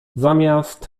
zamiast